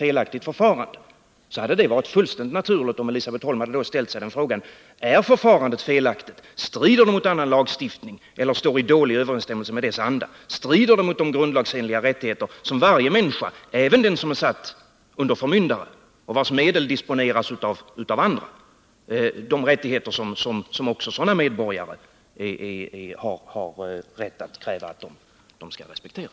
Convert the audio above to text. Eftersom opinionsarbete i hög utsträckning förekommit också vid sidan av de politiska partierna vore det värdefullt om också personer vid sidan om partierna kunde vara representerade. Är sjukvårdsministern beredd medverka till att utvärderingsgruppen beträffande abortlagstiftningen också innefattar människor som inte är knutna till de politiska partierna?